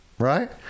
Right